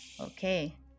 Okay